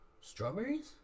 Strawberries